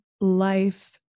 life